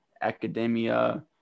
academia